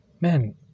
Man